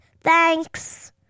Thanks